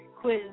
quiz